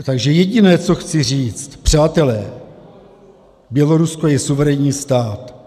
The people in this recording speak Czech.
Takže jediné, co chci říct, přátelé, Bělorusko je suverénní stát.